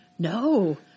No